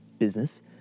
business